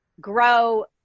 grow